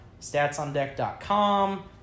StatsOnDeck.com